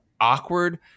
awkward